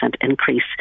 increase